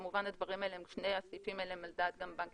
כמובן שני הסעיפים האלה הם גם על דעת בנק